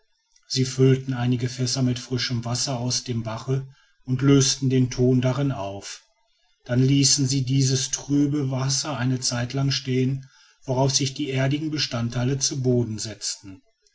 sie füllten einige fässer mit frischem wasser aus dem bache und lösten den thon darin auf dann ließen sie dieses trübe wasser eine zeitlang stehen worauf sich die erdigen bestandteile zu boden setzten